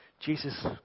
Jesus